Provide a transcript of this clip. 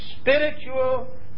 Spiritual